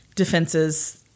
defense's